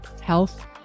health